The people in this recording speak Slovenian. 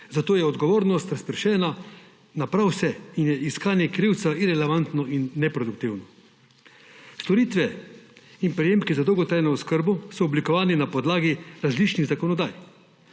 Zato je odgovornost razpršena na prav vse in je iskanje krivca irelevantno in neproduktivno. Storitve in prejemki za dolgotrajno oskrbo so oblikovani na podlagi različnih zakonodaj.